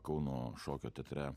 kauno šokio teatre